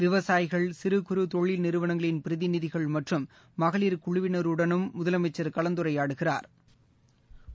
விவசாயிகள் சிறு குறு தொழில் நிறுவனங்களின் பிரதிநிதிகள் மற்றம் மகளிர் குழுவினருடனும் முதலமைச்சா் கலந்துரையாடவுள்ளாா்